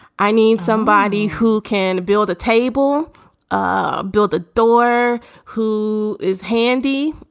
i need somebody who can build a table ah build a door who is handy,